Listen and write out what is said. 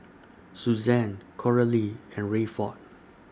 Suzanne Coralie and Rayford